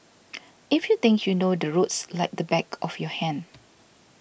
if you think you know the roads like the back of your hand